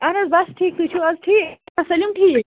اہن حظ بَس ٹھیٖک تُہۍ چھُو حظ ٹھیٖک سٲلِم ٹھیٖک